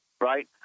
right